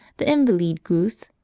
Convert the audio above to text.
the invaleed goose,